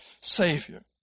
Savior